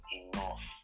enough